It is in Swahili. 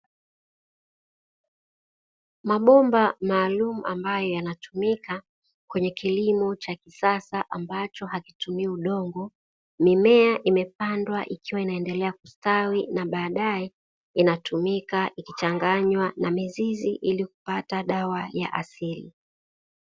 Mabomba maalumu ambayo anatumika kwenye kilimo cha kisasa ambacho hakitumii udongo. Mimea imepandwa ikiwa inaendelea kustawi na baadaye inatumika ikichanganywa na mizizi ili kupata dawa ya asili.